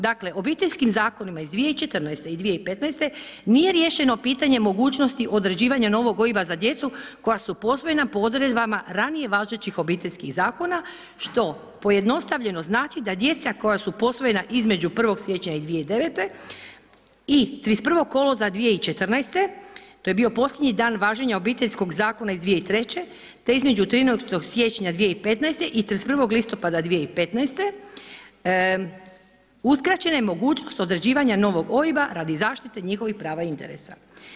Dakle obiteljskim zakonima iz 2014. i 2015. nije riješeno pitanje mogućnosti određivanja novog OIB-a za djecu koja su posvojena po odredbama ranije važećih obiteljskih zakona što pojednostavljeno znači da djeca koja su posvojena između 1. siječnja 2009. i 31. kolovoza 2014., to je bio posljednji dan važenja Obiteljskog zakona iz 2003. te između … siječnja 2015. i 31. listopada 2015. uskraćena je mogućnost određivanja novog OIB-a radi zaštite njihovih prava i interesa.